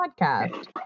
podcast